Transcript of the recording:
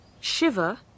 Shiver